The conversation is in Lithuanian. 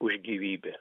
už gyvybę